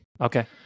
Okay